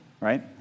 right